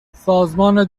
سازمان